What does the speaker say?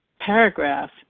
paragraph